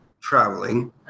traveling